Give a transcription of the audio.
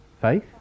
Faith